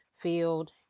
field